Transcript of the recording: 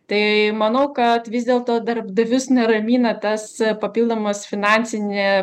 tai manau kad vis dėlto darbdavius neramina tas papildomas finansinė